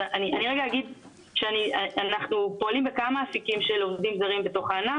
אז אני רגע אגיד שאנחנו פועלים בכמה אפיקים של עובדים זרים בתוך הענף.